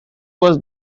was